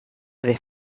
they